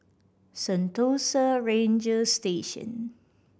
Sentosa Ranger Station